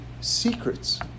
secrets